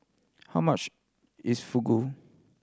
how much is Fugu